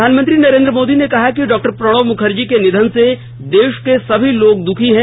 प्रधानमंत्री नरेंद्र मोदी ने कहा कि डॉ प्रणब मुखर्जी के निधन से देश के सभी लोग दुखी हैं